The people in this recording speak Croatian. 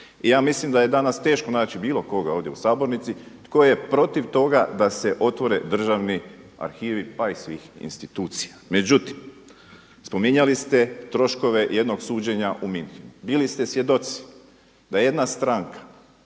I ja mislim da je danas teško naći bilo koga ovdje u sabornici tko je protiv toga da se otvore državni arhivi pa i svih institucija. Međutim, spominjali ste troškove jednog suđenja u Münchenu. Bili ste svjedoci da jedna stranka